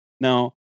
Now